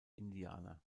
indianer